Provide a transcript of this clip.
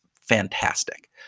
fantastic